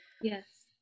Yes